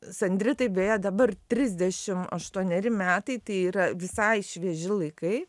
sandritai beje dabar trisdešim aštuoneri metai tai yra visai švieži laikai